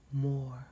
more